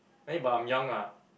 but I'm young lah